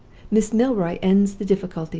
miss milroy ends the difficulty!